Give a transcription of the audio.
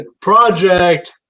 Project